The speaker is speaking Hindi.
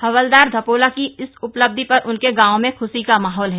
हवलदार धपोला की इस उपलब्धि पर उनके गांव में ख्शी का माहौल है